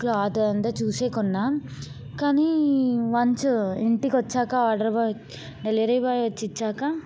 cloth అంతా చూసే కొన్నాను కానీ వన్స్ ఇంటికి వచ్చాక ఆర్డర్ పె డెలివరీ బాయ్ వచ్చి ఇచ్చికా